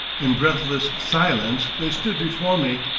in breathless silence they stood before me,